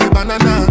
Banana